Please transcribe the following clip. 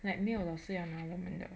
like 没有老师要来我们的